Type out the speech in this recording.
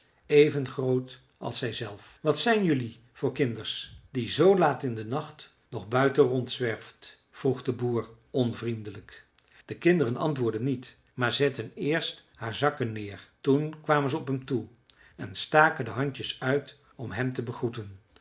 even groot als zijzelf wat zijn jelui voor kinders die z laat in den nacht nog buiten rondzwerft vroeg de boer onvriendelijk de kinderen antwoordden niet maar zetten eerst haar zakken neer toen kwamen ze op hem toe en staken de handjes uit om hem te begroeten